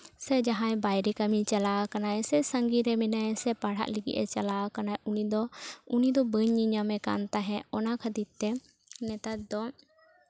ᱥᱮ ᱡᱟᱦᱟᱸᱭ ᱵᱟᱭᱨᱮ ᱠᱟᱹᱢᱤ ᱪᱟᱞᱟᱣ ᱠᱟᱱᱟᱭ ᱥᱮ ᱥᱟᱺᱜᱤᱧ ᱨᱮ ᱢᱮᱱᱟᱭᱟ ᱥᱮ ᱯᱟᱲᱦᱟᱜ ᱞᱟᱹᱜᱤᱫᱼᱮ ᱪᱟᱞᱟᱣ ᱟᱠᱟᱱᱟ ᱩᱱᱤ ᱫᱚ ᱩᱱᱤ ᱫᱚ ᱵᱟᱹᱧ ᱧᱮᱞᱧᱟᱢᱮ ᱠᱟᱱ ᱛᱟᱦᱮᱸᱫ ᱚᱱᱟ ᱠᱷᱟᱹᱛᱤᱨ ᱛᱮ ᱱᱮᱛᱟᱨ ᱫᱚ